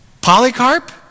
Polycarp